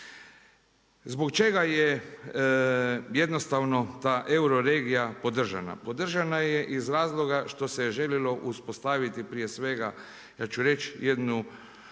Zbog čega je jednostavno ta euroregija podržana? Podržana je iz razloga što se je željelo uspostaviti prije svega ja ću reći jednu,